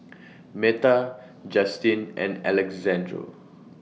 Meta Justyn and Alexandro